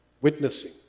witnessing